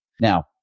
Now